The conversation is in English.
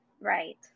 right